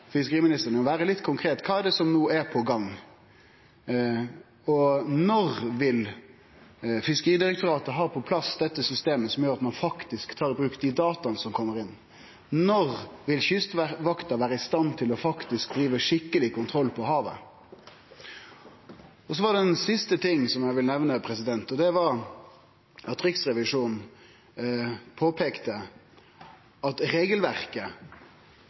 fiskeriministeren til å vere litt konkret. Kva er det som no er på gang? Når vil Fiskeridirektoratet ha på plass dette systemet, som gjer at ein tar i bruk dei data som kjem inn? Når vil Kystvakta vere i stand til å drive skikkeleg kontroll på havet? Så er det ein siste ting eg vil nemne. Det er at Riksrevisjonen påpeikte at regelverket